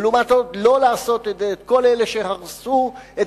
ולעומת זאת לא לעשות זאת לכל אלה שהרסו את